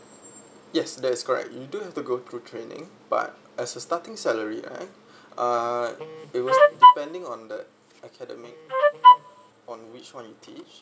yes that is correct you do have to go through training but as a starting salary right uh depending on the academic on which one you teach